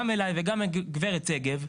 גם אליי וגם אל גברת שגב,